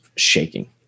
shaking